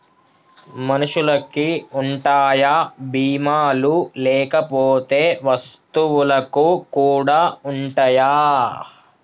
మనుషులకి ఉంటాయా బీమా లు లేకపోతే వస్తువులకు కూడా ఉంటయా?